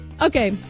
Okay